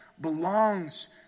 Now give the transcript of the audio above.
belongs